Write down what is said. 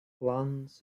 plans